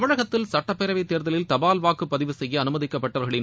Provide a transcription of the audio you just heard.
தமிழகத்தில் சட்டப்பேரவைத் தேர்தலில் தபால் வாக்கு பதிவு செய்ய அனுமதிக்கப்பட்டவர்களின்